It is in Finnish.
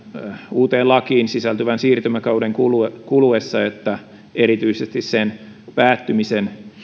uuteen lakiin sisältyvän siirtymäkauden kuluessa kuluessa ja erityisesti sen päättymisen